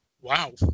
Wow